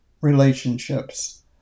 relationships